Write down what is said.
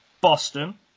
Boston